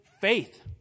faith